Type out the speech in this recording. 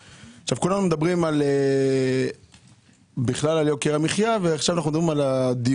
כולנו מדברים על יוקר המחייה בכלל ועכשיו על הדיור.